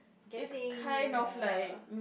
it's kind of like